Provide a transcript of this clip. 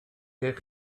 eich